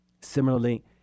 Similarly